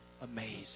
amazing